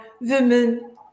women